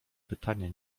pytanie